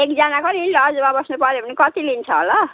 एकजनाको नि लजमा बस्नुपऱ्यो भने कति लिन्छ होला